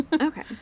Okay